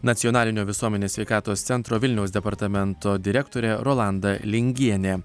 nacionalinio visuomenės sveikatos centro vilniaus departamento direktorė rolanda lingienė